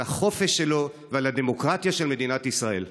על החופש שלו ועל הדמוקרטיה של מדינת ישראל.